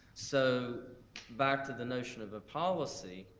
so back to the notion of a policy,